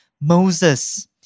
Moses